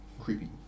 Creepy